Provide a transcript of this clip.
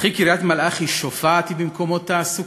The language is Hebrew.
וכי קריית-מלאכי שופעת היא במקומות תעסוקה?